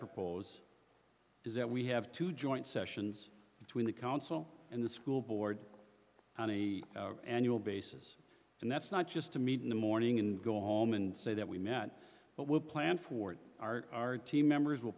propose is that we have to joint sessions between the council and the school board on the annual basis and that's not just to meet in the morning and go home and say that we met but we'll plan for our team members w